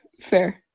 fair